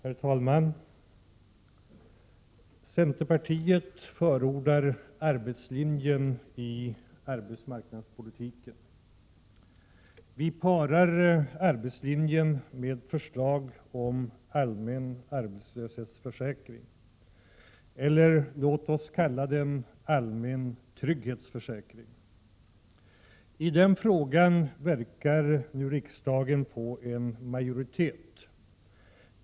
Herr talman! Centerpartiet förordar arbetslinjen i arbetsmarknadspolitiken. Vi förenar arbetslinjen med förslag om allmän arbetslöshetsförsäkring, eller låt oss kalla den allmän trygghetsförsäkring. I den frågan verkar nu riksdagen få en majoritet.